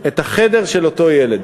את החדר של אותו ילד.